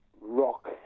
rock